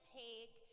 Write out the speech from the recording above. take